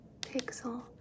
Pixel